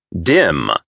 Dim